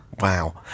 Wow